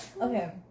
okay